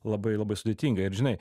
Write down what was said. labai labai sudėtinga ir žinai